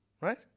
right